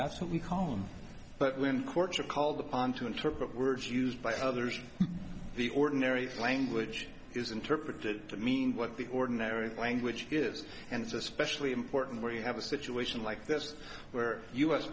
call home but when courts are called upon to interpret words used by others the ordinary language is interpreted to mean what the ordinary language is and it's especially important where you have a situation like this where u s